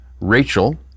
Rachel